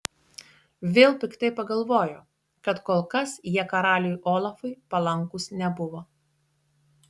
vėl piktai pagalvojo kad kol kas jie karaliui olafui palankūs nebuvo